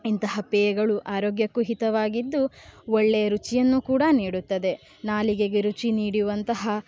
ಇಂತಹ ಪೇಯಗಳು ಆರೋಗ್ಯಕ್ಕೂ ಹಿತವಾಗಿದ್ದು ಒಳ್ಳೆಯ ರುಚಿಯನ್ನು ಕೂಡ ನೀಡುತ್ತದೆ ನಾಲಿಗೆಗೆ ರುಚಿ ನೀಡುವಂತಹ